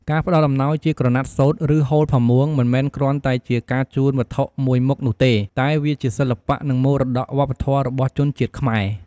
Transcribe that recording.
ការផ្តល់អំណោយជាក្រណាត់សូត្រ ឬហូលផាមួង មិនមែនគ្រាន់តែជាការជូនវត្ថុមួយមុខនោះទេ តែវាជាសិល្បៈ និងមរតកវប្បធម៌របស់ជនជាតិខ្មែរ។។